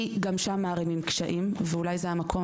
כי גם שם מערימים קשיים, ואולי זה המקום.